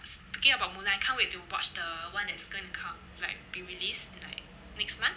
s~ speaking about mulan I can't wait to watch the one that is going to come like be released like next month